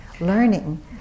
learning